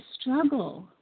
struggle